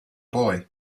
boy